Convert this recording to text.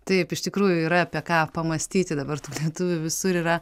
taip iš tikrųjų yra apie ką pamąstyti dabar tų lietuvių visur yra